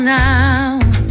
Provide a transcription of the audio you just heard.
now